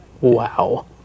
Wow